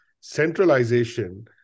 centralization